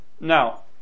Now